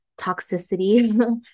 toxicity